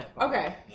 Okay